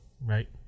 Right